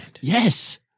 yes